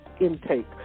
Intake